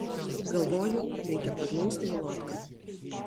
galvoju reikia priglausti volodką